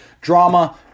drama